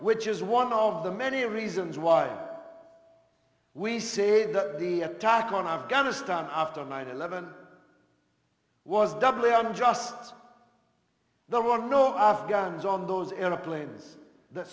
which is one of the many reasons why we say that the attack on afghanistan after nine eleven was doubly unjust there were no afghans on those airplanes that